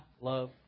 love